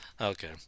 Okay